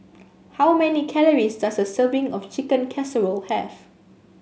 how many calories does a serving of Chicken Casserole have